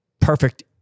perfect